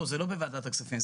בוועדת הכספים.